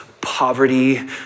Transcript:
poverty